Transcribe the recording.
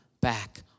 back